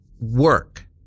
work